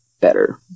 better